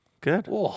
Good